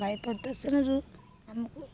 ବାୟୁ ପ୍ରଦୂଷଣରୁ ଆମକୁ